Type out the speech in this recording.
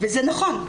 וזה נכון.